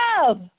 love